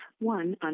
one